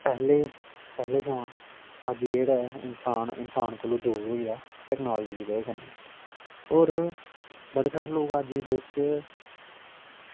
पैह्ले पैह्ले समा अज जेह्ड़ा ऐ इन्सान इन्सान कोलो दूर होई दा टेक्नोलॉजी दी बजह् कन्नै और बड़े सारे लोक अज दी डेट च